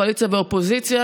קואליציה ואופוזיציה,